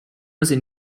mezi